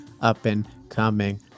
up-and-coming